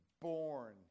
born